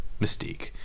Mystique